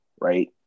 right